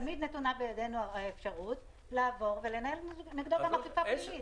תמיד נתונה בידינו האפשרות לנהל נגדו גם אכיפה פלילית.